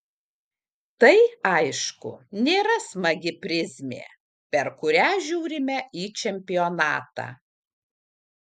tai aišku nėra smagi prizmė per kurią žiūrime į čempionatą